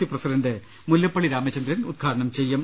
C president Mullappally Ramachandran ഉദ്ഘാടനം ചെയ്യും